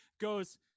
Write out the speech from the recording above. goes